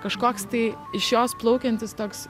kažkoks tai iš jos plaukiantis toks